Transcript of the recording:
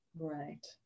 Right